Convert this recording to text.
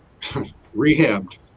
rehabbed